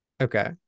Okay